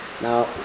Now